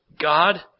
God